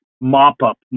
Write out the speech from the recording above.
Mop-up